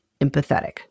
empathetic